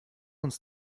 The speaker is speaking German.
uns